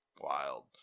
Wild